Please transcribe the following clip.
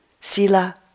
sila